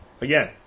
again